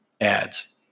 ads